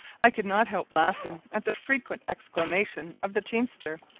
i could not help laughing at the frequent exclamations of the teamster,